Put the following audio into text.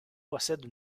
possèdent